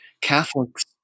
Catholics